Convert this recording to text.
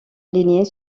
alignées